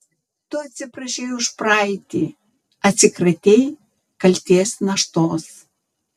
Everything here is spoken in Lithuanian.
tu atsiprašei už praeitį atsikratei kaltės naštos